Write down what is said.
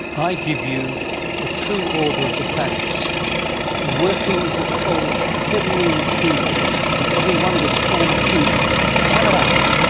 i give you the true order of the planets, the workings of the whole heavenly machinery with every one of its former kinks hammered out.